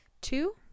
Two